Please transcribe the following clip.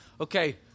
Okay